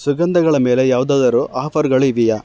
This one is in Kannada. ಸುಗಂಧಗಳ ಮೇಲೆ ಯಾವುದಾದರೂ ಆಫರ್ಗಳು ಇವೆಯಾ